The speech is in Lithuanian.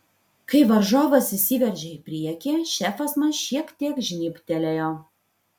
kai varžovas įsiveržė į priekį šefas man šiek tiek žnybtelėjo